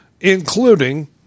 including